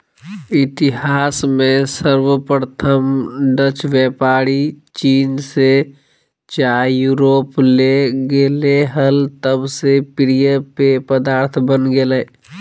इतिहास में सर्वप्रथम डचव्यापारीचीन से चाययूरोपले गेले हल तब से प्रिय पेय पदार्थ बन गेलय